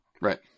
Right